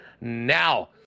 now